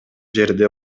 жерде